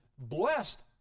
Blessed